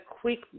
quick